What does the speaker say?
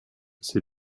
ses